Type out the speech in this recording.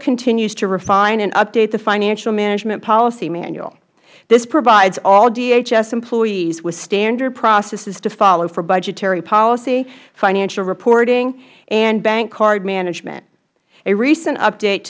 continues to refine and update the financial management policy manual this provides all dhs employees with standard processes to follow for budgetary policy financial reporting and bank card management a recent update